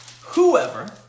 whoever